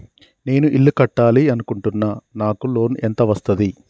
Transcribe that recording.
నేను ఇల్లు కట్టాలి అనుకుంటున్నా? నాకు లోన్ ఎంత వస్తది?